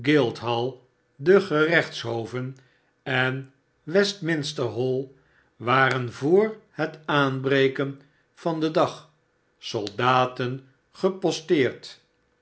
de gerechtshoven eih westminsterhall waren voor het aanbreken van den dag soldaten geposteerd